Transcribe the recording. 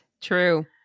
True